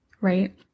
right